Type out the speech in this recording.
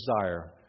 desire